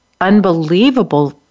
unbelievable